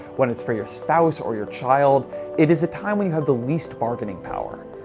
when it's for your spouse or your child it is a time when you have the least bargaining power.